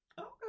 Okay